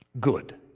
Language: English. good